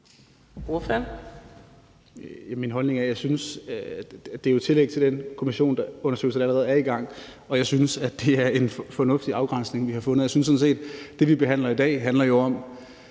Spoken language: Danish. Min holdning er, at det er et tillæg til den kommissionsundersøgelse, der allerede er i gang, og jeg synes, det er en fornuftig afgrænsning, vi har fundet. Det, vi behandler i dag, handler jo i